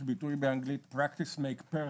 יש ביטוי באנגלית "practice makes perfect",